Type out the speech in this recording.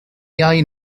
iau